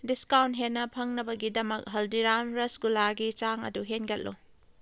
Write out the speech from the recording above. discount ꯍꯦꯟꯅ ꯐꯪꯅꯕꯒꯤꯗꯃꯛ ꯍꯜꯗꯤꯔꯥꯝ ꯔꯁꯒꯨꯜꯂꯥꯒꯤ ꯆꯥꯡ ꯑꯗꯨ ꯍꯦꯟꯒꯠꯂꯨ